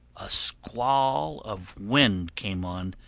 a squall of wind came on,